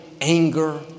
anger